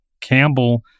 Campbell